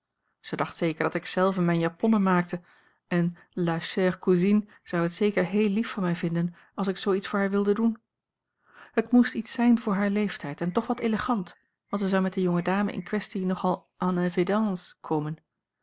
ze dacht zeker dat ik zelve mijne japonnen maakte en la chère cousine zou het zeker heel lief van mij vinden als ik zoo iets voor haar wilde doen het moest iets zijn voor haar leeftijd en toch wat elegant want zij zou met de jonge dame in kwestie nogal en évidence komen